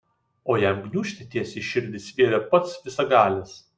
o jam gniūžtę tiesiai į širdį sviedė pats visagalis